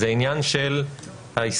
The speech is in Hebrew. זה עניין של ההסתכלות